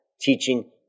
teaching